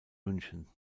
münchen